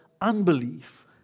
unbelief